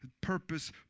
purpose